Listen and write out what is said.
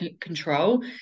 control